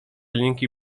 linki